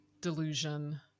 delusion